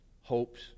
hopes